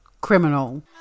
criminal